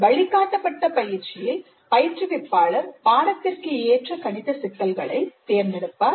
வழிகாட்டப்பட்ட பயிற்சியில் பயிற்றுவிப்பாளர் பாடத்திற்கு ஏற்ற சிக்கல்களை தேர்ந்தெடுப்பார்